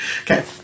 Okay